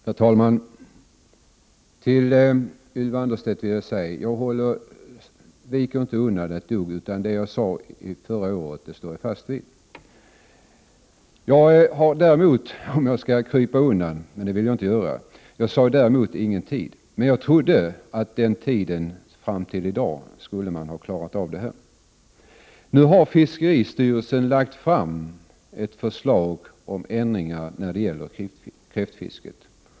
Herr talman! Ylva Annerstedt, jag tänker inte vika undan. Jag står fast vid vad jag sade förra året. Däremot nämnde jag ingen tid. Jag trodde dock att man under tiden fram till i dag skulle ha klarat av denna fråga. Fiskeristyrelsen har nu lagt fram ett förslag om ändringar när det gäller kräftfisket.